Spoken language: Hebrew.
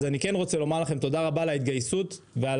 אז אני כן רוצה לומר לכם תודה רבה על ההתגייסות ועל